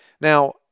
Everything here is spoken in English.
Now